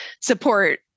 support